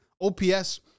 OPS